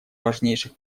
важнейших